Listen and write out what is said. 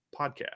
Podcast